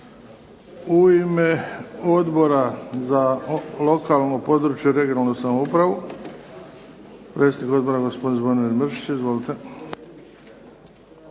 U ime Odbora za lokalnu, područnu, regionalnu samoupravu predsjednik Odbora gospodin Zvonimir Mršić. Izvolite.